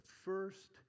first